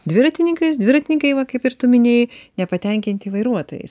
dviratininkais dviratininkai va kaip ir tu minėjai nepatenkinti vairuotojai